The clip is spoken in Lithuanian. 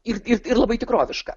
ir ir labai tikroviška